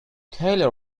taylor